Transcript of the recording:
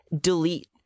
delete